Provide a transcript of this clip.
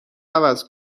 عوض